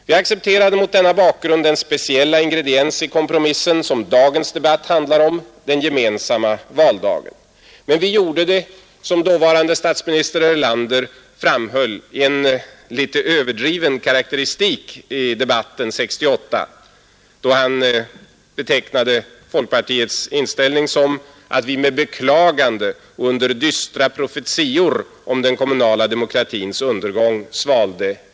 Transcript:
Vi accepterade mot denna bakgrund den speciella ingrediens i kompromissen som dagens debatt handlar om — den gemensamma valdagen — men vi gjorde det, som dåvarande statsministern Erlander framhöll i en något överdriven karakteristik i debatten 1968, ”med beklagande och under dystra profetior om den komm nala demokratins undergång”.